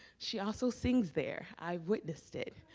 she also sings there i witnessed it,